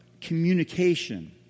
communication